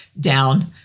down